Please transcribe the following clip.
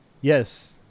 Yes